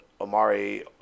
Omari